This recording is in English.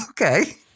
okay